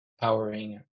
powering